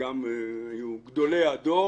גם היו גדולי הדור,